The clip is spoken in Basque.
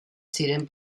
ziren